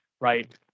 right